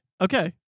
Okay